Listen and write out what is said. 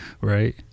right